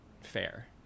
fair